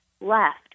left